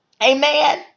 Amen